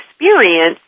experience